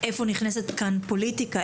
איפה נכנסת כאן פוליטיקה?